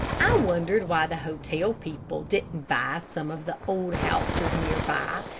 i wondered why the hotel people didn't buy some of the old houses near by,